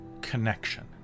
connection